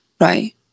right